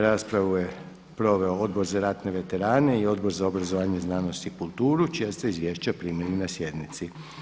Raspravu je proveo Odbor za ratne veterane i Odbor za obrazovanje, znanost i kulturu čija ste izvješća primili na sjednici.